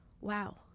wow